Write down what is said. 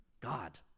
God